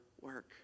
work